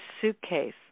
suitcase